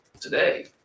today